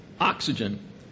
Oxygen